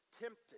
tempted